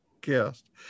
guest